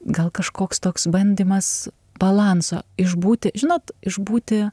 gal kažkoks toks bandymas balanso išbūti žinot išbūti